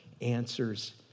answers